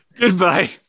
Goodbye